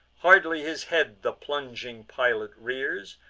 hardly his head the plunging pilot rears,